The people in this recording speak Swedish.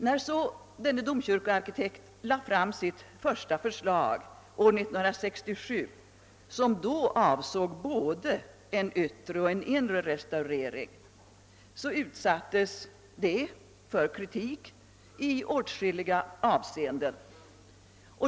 När så denne domkyrkoarkitekt lade fram sitt första förslag år 1967, vilket då avsåg både en yttre och en inre restaurering, utsattes det för kritik i åtskilliga avseenden.